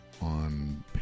on